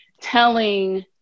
telling